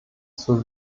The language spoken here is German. zur